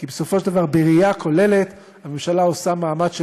כי בסופו של דבר בראייה כוללת הממשלה עושה מאמץ,